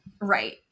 Right